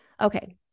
Okay